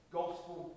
gospel